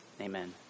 amen